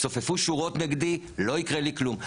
צופפו שורות נגדי, לא יקרה לי כלום.